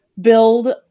build